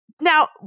Now